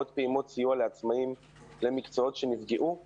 עוד פעימות סיוע לעצמאים במקצועות שנפגעו;